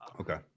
Okay